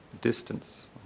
distance